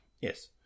Yes